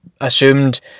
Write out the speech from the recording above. assumed